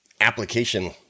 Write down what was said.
application